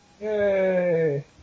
Yay